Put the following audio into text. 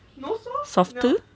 soft